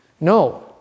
No